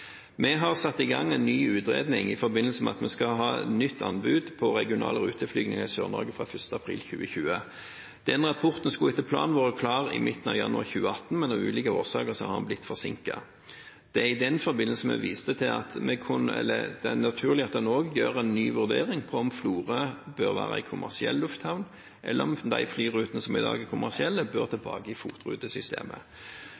Vi har satt i gang en ny utredning i forbindelse med at vi skal ha nytt anbud på regionale ruteflygninger i Sør-Norge fra 1. april 2020. Den rapporten skulle etter planen vært klar i midten av januar 2018, men av ulike årsaker har den blitt forsinket. Det er i den forbindelse vi viste til at det er naturlig at en også gjør en ny vurdering av om Florø bør være en kommersiell lufthavn, eller om de flyrutene som i dag er kommersielle, bør